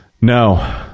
no